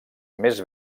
més